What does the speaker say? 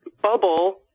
bubble